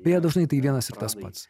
beje dažnai tai vienas ir tas pats